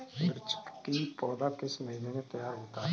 मिर्च की पौधा किस महीने में तैयार होता है?